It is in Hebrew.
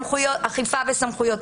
אכיפה וסמכויות.